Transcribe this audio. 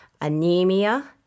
anemia